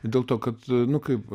dėl to kad nu kaip